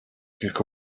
tylko